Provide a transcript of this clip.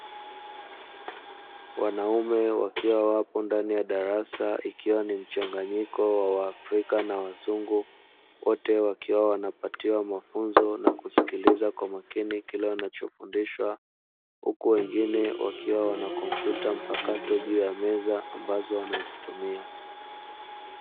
Wanaume wakiwa wapo ndani ya darasa ikiwa ni mchanganyiko wa waafrika na wazungu, wote wakiwa wanapatiwa mafunzo na kusikiliza kwa umakini kile wanachofundishwa, huku wengine wakiwa wana kompyuta mpakato juu ya meza ambazo wanazitumia.